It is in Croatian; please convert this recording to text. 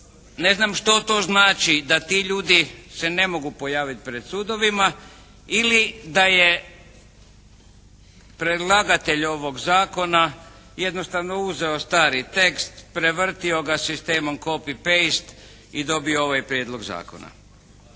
Ne znam što to znači da ti ljudi se ne mogu pojaviti pred sudovima ili da je predlagatelj ovog zakona jednostavno uzeo stari tekst, prevrtio ga sistemom "copy-paste" i dobio ovaj prijedlog zakona.